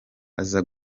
aza